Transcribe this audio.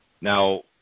Now